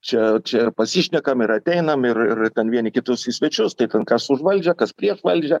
čia čia ir pasišnekam ir ateinam ir ir ten vieni kitus į svečius tai ten kas už valdžią kas prieš valdžią